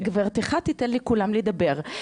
גברתך תיתן לכולם לדבר,